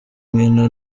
nkino